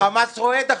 החמאס רועד עכשיו.